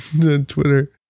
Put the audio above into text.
Twitter